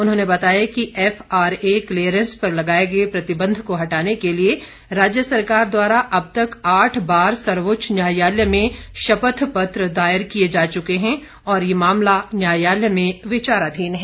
उन्होंने बताया कि एफआरए क्लीयरेंस पर लगाए गए प्रतिबंध को हटाने के लिए राज्य सरकार द्वारा अब तक आठ बार सर्वोच्च न्यायालय में शपथ पत्र दायर किए जा चुके है और ये मामला न्यायालय में विचाराधीन है